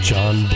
John